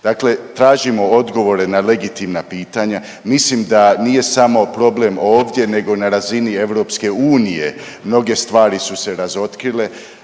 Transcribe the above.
dakle tražimo odgovore na legitimna pitanja. Mislim da nije samo problem ovdje nego na razini EU, mnoge stvari su se razotkrile,